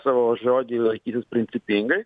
savo žodį laikytis principingai